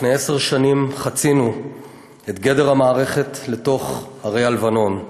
לפני עשר שנים חצינו את גדר המערכת לתוך הרי הלבנון.